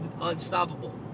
unstoppable